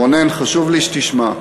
רונן, חשוב לי שתשמע.